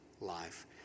life